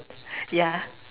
ya